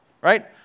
right